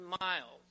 miles